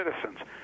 citizens